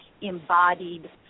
embodied